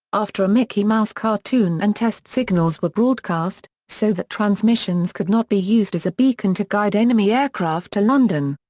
after a mickey mouse cartoon and test signals were broadcast, so that transmissions could not be used as a beacon to guide enemy aircraft to london.